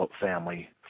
family